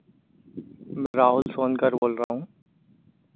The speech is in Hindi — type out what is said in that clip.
मैं राहुल सोनकर बोल रहा हूँ